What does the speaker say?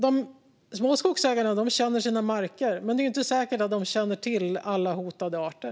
De små skogsägarna känner sina marker, men det är inte säkert att de känner till alla hotade arter.